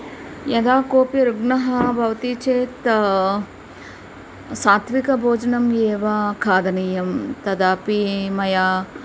यदा कोऽपि रुग्णः भवति चेत् सात्विकभोजनम् एव खादनीयं तदापि मया